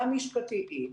המשפטיים,